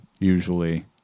usually